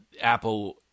apple